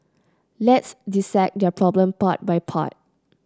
let's dissect this problem part by part